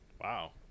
Wow